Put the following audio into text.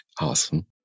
Awesome